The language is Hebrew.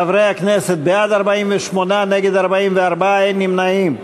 חברי הכנסת, בעד, 48, נגד, 44, אין נמנעים.